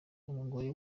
n’umugore